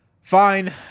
fine